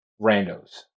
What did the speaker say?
randos